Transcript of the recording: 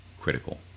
critical